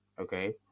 okay